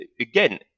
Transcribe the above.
Again